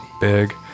big